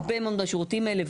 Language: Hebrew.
הרבה מאוד מהשירותים האלה.